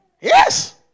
Yes